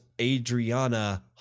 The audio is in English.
Adriana